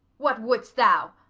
what wouldst thou?